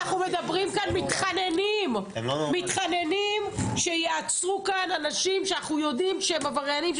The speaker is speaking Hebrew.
אנחנו מתחננים שיעצרו כאן אנשים שאנחנו יודעים שהם עבריינים,